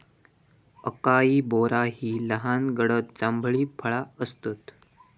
acai berry ही लहान गडद जांभळी फळा आसतत